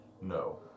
No